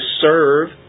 serve